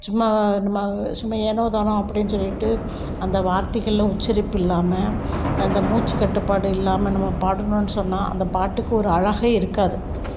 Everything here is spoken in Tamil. சும்மா நம்ம சும்மா ஏனோ தானோ அப்படி சொல்லிட்டு அந்த வார்த்தைகள்ல உச்சரிப்பு இல்லாமல் அந்த மூச்சுக்கட்டுப்பாடு இல்லாமல் நம்ம பாடுனோம்னு சொன்னால் அந்த பாட்டுக்கு ஒரு அழகே இருக்காது